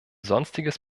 sonstiges